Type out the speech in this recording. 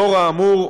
לאור האמור,